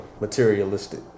materialistic